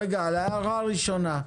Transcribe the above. רגע, להערה הראשונה.